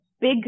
big